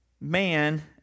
man